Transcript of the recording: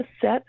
set